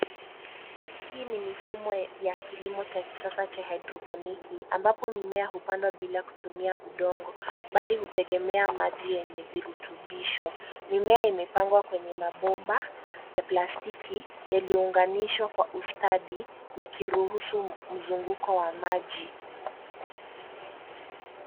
Hii ni mifumo ya kilimo cha kisasa cha haidroponiki ambapo mimea hupandwa bila kutumia udongo, bali hutegemea maji yenye virutubisho. Mimea imepangwa kwenye mabomba ya plastiki, yaliyounganishwa kwa ustadi yakiruhusu mzunguko wa maji.